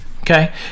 Okay